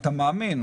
אתה מאמין?